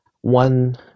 one